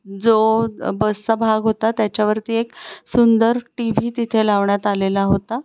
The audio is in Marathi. जो बसचा भाग होता त्याच्यावरती एक सुंदर टी व्ही तिथे लावण्यात आलेला होता